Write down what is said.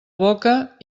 boca